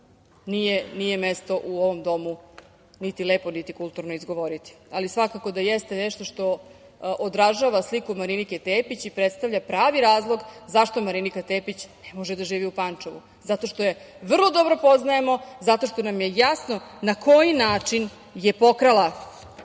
nije mesto u ovom domu, niti lepo, niti kulturno izgovoriti, ali svakako da jeste nešto što odražava sliku Marinike Tepić i predstavlja pravi razlog zašto Marinika Tepić ne može da živi u Pančevu. Zato što je vrlo dobro poznajemo, zato što nam je jasno na koji način je pokrala